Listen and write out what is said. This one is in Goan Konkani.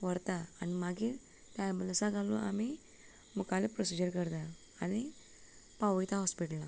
व्हरता आनी मागीर त्या ऍबुलन्सांत घालून मुखाल्लो प्रोसिजर करता आनी पावयता हॉस्पिटलांत